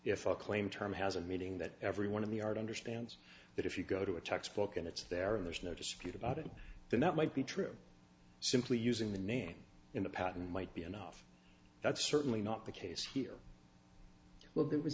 a claim term has a meeting that everyone in the art understands that if you go to a textbook and it's there of there's no dispute about it then that might be true simply using the name in a patent might be enough that's certainly not the case here well that was